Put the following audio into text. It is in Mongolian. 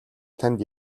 танд